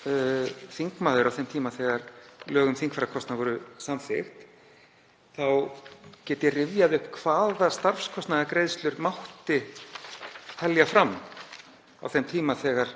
var þingmaður á þeim tíma þegar lög um þingfararkostnað voru samþykkt, þá get ég rifjað upp hvaða starfskostnaðargreiðslur mátti telja fram á þeim tíma þegar